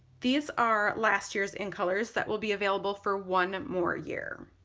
these are last year's in colors that will be available for one more year